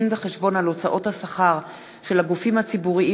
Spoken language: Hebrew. דין-וחשבון על הוצאות השכר של הגופים הציבוריים